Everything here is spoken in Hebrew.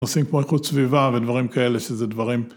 ‫עושים כמו איכות סביבה ודברים כאלה, ‫שזה דברים...